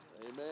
Amen